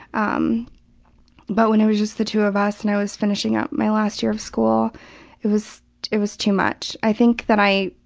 um but when it was just the two of us and i was finishing up my last year of school it was it was too much. i think that i,